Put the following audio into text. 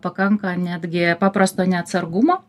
pakanka netgi paprasto neatsargumo